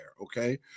Okay